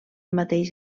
mateix